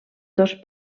dos